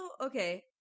okay